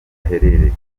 aherereye